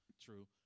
True